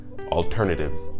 alternatives